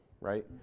right